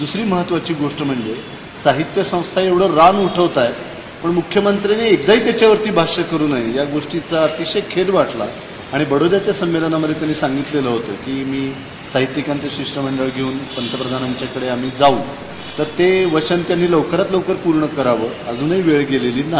दुसरी महत्वाची गोष्ट म्हणजे साहित्य संस्था एवढ रान उठवतय तर मुख्यमंत्र्यांनी एखादी त्याच्यवर भाष्य करु नये या गोष्टीचा अतिशय खेद वाटला आणि बडोद्याच्या संमेलनामध्ये त्यांनी सांगितलेलं होत की मी साहित्यिकांचं शिष्टमंडळ हेऊन पंतप्रधानांकडे आम्ही जाऊ तर ते वचन त्यांनी लवकरात लवकर पूर्ण करावं अजूनही वेळ गेलेली नाही